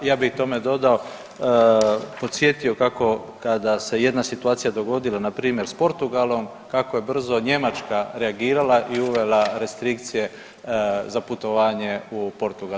Ja bih tome dodao, podsjetio kada se jedna situacija dogodila npr. s Portugalom kako je brzo Njemačka reagirala i uvela restrikcije za putovanje u Portugal.